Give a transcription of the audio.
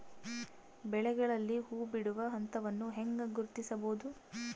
ಬೆಳೆಗಳಲ್ಲಿ ಹೂಬಿಡುವ ಹಂತವನ್ನು ಹೆಂಗ ಗುರ್ತಿಸಬೊದು?